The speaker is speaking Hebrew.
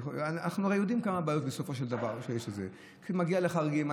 אנחנו הרי יודעים כמה בעיות בסופו של דבר יש כשזה מגיע לחריגים.